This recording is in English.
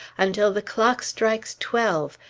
until the clock strikes twelve,